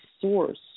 source